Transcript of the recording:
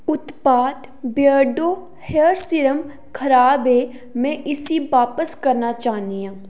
उत्पाद Beardo hair serum खराब ऐ में इसी बापस करना चाह्न्नी आं